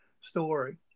story